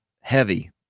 heavy